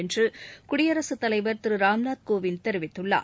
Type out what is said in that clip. என்று குடியரசுத் தலைவர் திரு ராம்நாத் கோவிந்த் தெரிவித்துள்ளார்